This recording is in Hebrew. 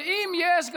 ואם יש,